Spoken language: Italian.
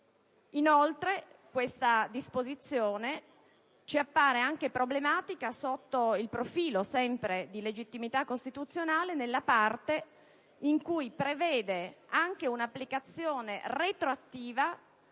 Inoltre, questa disposizione ci appare problematica, sotto il profilo della legittimità costituzionale nella parte in cui prevede anche un'applicazione retroattiva